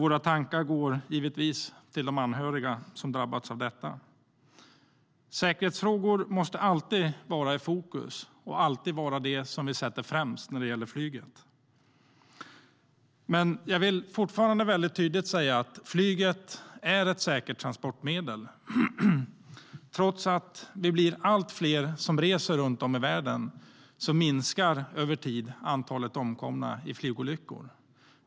Våra tankar går givetvis till de anhöriga, som drabbats av detta. Säkerhetsfrågor måste alltid vara i fokus och sättas främst när det gäller flyget. Men jag vill fortfarande tydligt säga att flyget är ett säkert transportmedel. Trots att vi blir allt fler som reser runt om i världen minskar antalet omkomna i flygolyckor över tid.